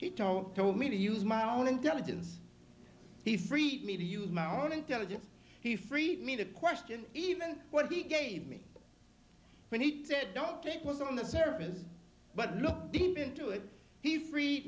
tito told me to use my own intelligence he freed me to use my own intelligence he freed me to question even what he gave me when he said don't think was on the surface but looked deep into it he free